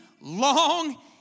long